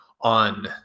on